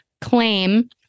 claim